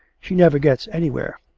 she never gets anywhere.